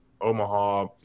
Omaha